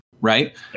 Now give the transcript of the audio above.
right